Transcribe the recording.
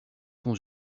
sont